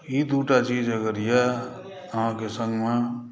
ई दुटा चीज़ अगर यऽ अहाँके सन्गमे